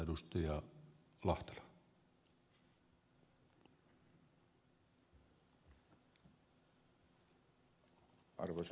ensinnäkin tähän ed